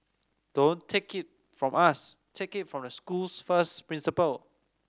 don't take it from us take it from the school's first principal